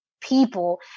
people